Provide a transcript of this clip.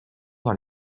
dans